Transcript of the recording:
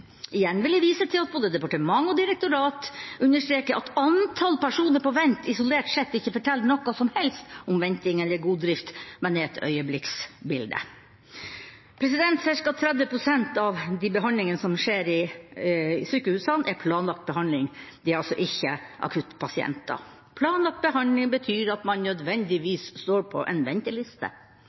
Igjen vil jeg vise til at både departement og direktorat understreker at antall personer på vent isolert sett ikke forteller noe som helst om venting eller god drift, men er et øyeblikksbilde. Cirka 30 pst. av de behandlingene som skjer i sykehusene, er planlagt behandling. Det er altså ikke akuttpasienter. Planlagt behandling betyr at man nødvendigvis står på en venteliste.